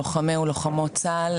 לוחמי ולוחמות צה"ל,